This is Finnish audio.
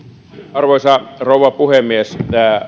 arvoisa rouva puhemies